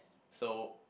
so